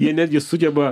jie netgi sugeba